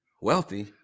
wealthy